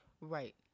Right